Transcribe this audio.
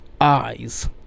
eyes